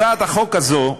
הצעת החוק הזו,